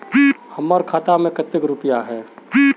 हमर खाता में केते रुपया है?